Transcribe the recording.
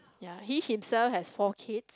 ya he himself has four kids